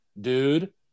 dude